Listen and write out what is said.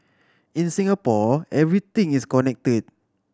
in Singapore everything is connected